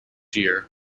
year